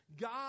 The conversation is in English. God